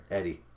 Eddie